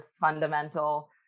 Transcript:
fundamental